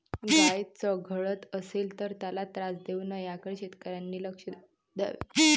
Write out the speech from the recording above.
गाय चघळत असेल तर त्याला त्रास देऊ नये याकडे शेतकऱ्यांनी लक्ष द्यावे